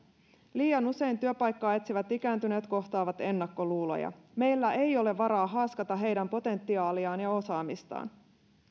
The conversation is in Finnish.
liian usein työpaikkaa etsivät ikääntyneet kohtaavat ennakkoluuloja meillä ei ole varaa haaskata heidän potentiaaliaan ja osaamistaan